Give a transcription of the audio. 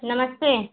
नमस्ते